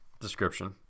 description